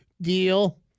deal